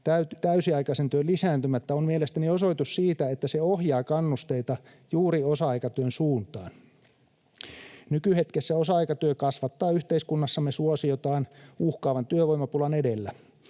täysiaikaisen työn lisääntymättä, on mielestäni osoitus siitä, että se ohjaa kannusteita juuri osa-aikatyön suuntaan. Nykyhetkessä osa-aikatyö kasvattaa yhteiskunnassamme suosiotaan uhkaavan työvoimapulan edellä.